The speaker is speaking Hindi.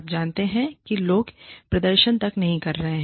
आप जानते हैं कि लोग प्रदर्शन तक नहीं कर रहे हैं